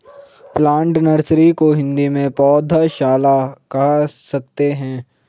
plant nursery को हिंदी में पौधशाला कह सकते हैं